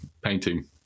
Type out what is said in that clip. painting